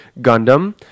Gundam